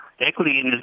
equity